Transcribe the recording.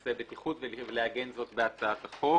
לנושא בטיחות ויהיה עיגון בהצעת החוק.